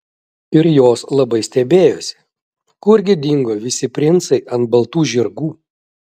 ir jos labai stebėjosi kurgi dingo visi princai ant baltų žirgų